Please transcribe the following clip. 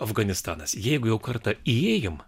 afganistanas jeigu jau kartą įėjom